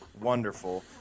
wonderful